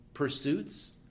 Pursuits